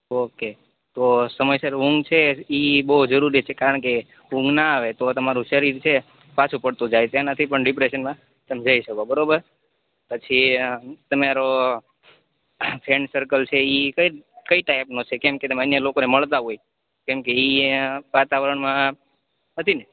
okay તો સમયસર ઊંઘ છે ઈ બોઉ જરૂરી છે કારણકે ઊંઘ ના આવે તો તમારું શરીર છે પાછું પડતું જાય તેનાથી પણ ડિપ્રેસનમાં તમે જઈ શકો બરોબર પછી આ તમારો ફ્રેન્ડ સર્કલ છે ઈ કઈ કઈ ટાઈપનો છે કેમકે તમે અન્ય લોકોને મળતા હોય કેમ કે ઈ યા વાતાવરણમાં નથી ને